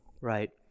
Right